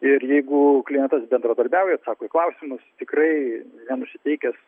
ir jeigu klientas bendradarbiauja atsako į klausimus tikrai nenusiteikęs